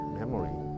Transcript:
memory